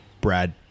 Brad